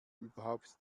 überhaupt